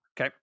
okay